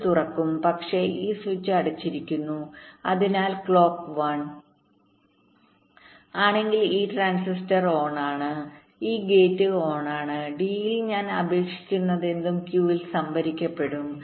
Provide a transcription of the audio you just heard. ഇത് തുറക്കും പക്ഷേ ഈ സ്വിച്ച് അടച്ചിരിക്കുന്നു അതിനാൽ ക്ലോക്ക് 1 ആണെങ്കിൽ ഈ ട്രാൻസിസ്റ്റർ ഓണാണ് ഈ ഗേറ്റ് ഓണാണ് ഡിയിൽ ഞാൻ അപേക്ഷിച്ചതെന്തും Q ൽ സംഭരിക്കപ്പെടും